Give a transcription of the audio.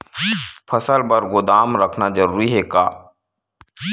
फसल बर गोदाम रखना जरूरी हे का?